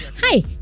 hi